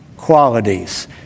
qualities